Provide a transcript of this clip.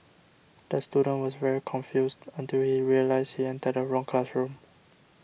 the student was very confused until he realised he entered the wrong classroom